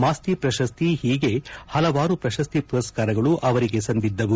ಮಾಸ್ತಿ ಪ್ರಶಸ್ತಿ ಹೀಗೆ ಹಲವಾರು ಪ್ರಶಸ್ತಿ ಪುರಸ್ಕಾರಗಳು ಅವರಿಗೆ ಸಂದಿದ್ದವು